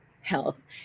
health